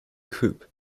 coop